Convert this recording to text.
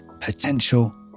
potential